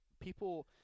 people